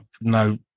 no